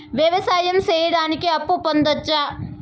వ్యవసాయం సేయడానికి అప్పు పొందొచ్చా?